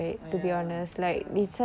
ya ya